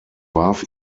warf